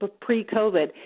pre-COVID